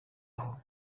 aho